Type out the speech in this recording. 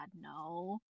no